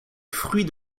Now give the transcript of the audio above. fruit